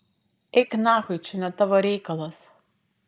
eik nachui čia ne tavo reikalas